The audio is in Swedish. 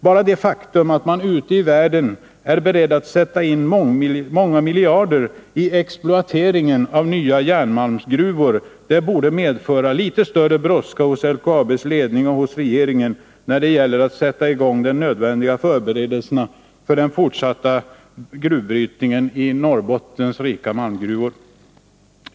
Bara det faktum att man ute i världen är beredd att sätta in många milj arder i exploatering av nya järnmalmsgruvor borde medföra litet större brådska hos LKAB:s ledning och hos regeringen när det gäller att sätta i gång de nödvändiga förberedelserna för den framtida gruvbrytnigen i Norrbottens rika malmgruvor.